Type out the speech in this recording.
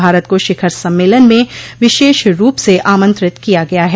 भारत को शिखर सम्मेलन में विशेष रूप से आमंत्रित किया गया है